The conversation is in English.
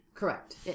Correct